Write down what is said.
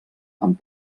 amb